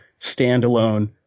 standalone